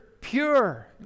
pure